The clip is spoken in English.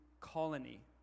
colony